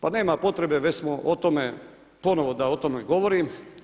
Pa nema potrebe, već smo o tome, ponovo da o tome govorim.